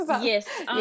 Yes